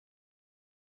okay